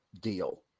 deal